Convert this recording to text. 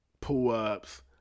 pull-ups